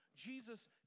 Jesus